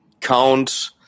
count